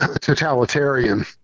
totalitarian